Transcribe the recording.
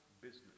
business